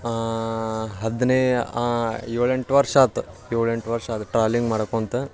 ಹದ್ನೇ ಏಳೆಂಟು ವರ್ಷ ಆತು ಏಳೆಂಟು ವರ್ಷ ಆತು ಟ್ರಾವೆಲಿಂಗ್ ಮಾಡ್ಕೊತ